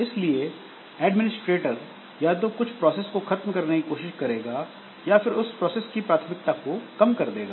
इसलिए एडमिनिस्ट्रेटर या तो कुछ प्रोसेस को खत्म करने की कोशिश करेगा या फिर उस प्रोसेस की प्राथमिकता को कम कर देगा